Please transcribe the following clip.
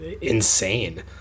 insane